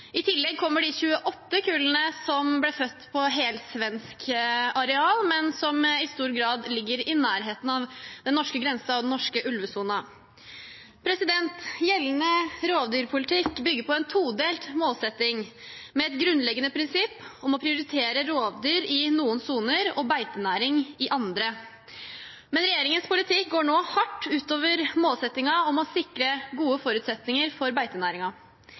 I tillegg kommer de 28 kullene som ble født på helsvensk areal, men som i stor grad ligger i nærheten av den norske grensen og den norske ulvesonen. Gjeldende rovdyrpolitikk bygger på en todelt målsetting, med et grunnleggende prinsipp om å prioritere rovdyr i noen soner og beitenæring i andre, men regjeringens politikk går nå hardt ut over målsettingen om å sikre gode forutsetninger for